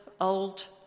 old